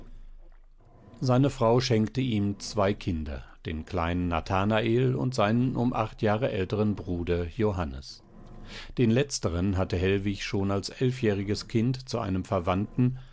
seine frau schenkte ihm zwei kinder den kleinen nathanael und seinen um acht jahre älteren bruder johannes den letzteren hatte hellwig schon als elfjähriges kind zu einem verwandten